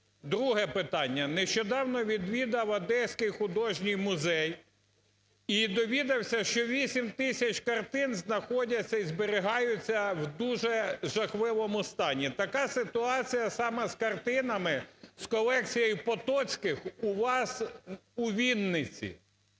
Друге питання. Нещодавно відвідав Одеський художній музей і довідався, що 8 тисяч картин знаходяться і зберігаються в дуже жахливому стані. Така ситуація саме з картинами з колекції Потоцьких у вас, у Вінниці,